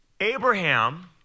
Abraham